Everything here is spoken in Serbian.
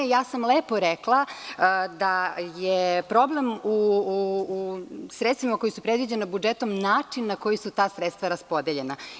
Lepo sam rekla da je problem u sredstvima koja su predviđena budžetom, način na koji su ta sredstva raspodeljena.